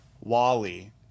Wally